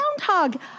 groundhog